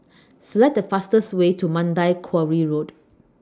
Select The fastest Way to Mandai Quarry Road